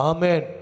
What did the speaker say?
Amen